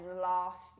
last